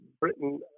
britain